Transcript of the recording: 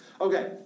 Okay